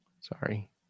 Sorry